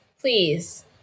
please